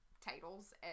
titles